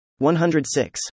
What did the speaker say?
106